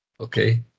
okay